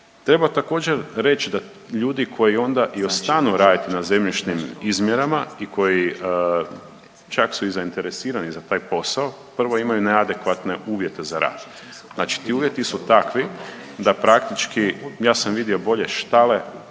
Treba također reći da ljudi koji onda i ostanu raditi na zemljišnim izmjerama i koji čak su i zainteresirani za taj posao prvo imaju neadekvatne uvjete za rad. Znači ti uvjeti su takvi da praktički ja sam vidio bolje štale